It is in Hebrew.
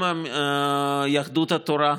גם יהדות התורה,